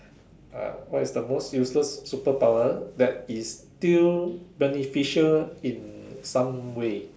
ah what is the most useless super power that is still beneficial in some way